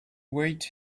wait